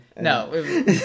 No